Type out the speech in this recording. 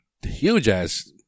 Huge-ass